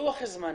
לוח זמנים.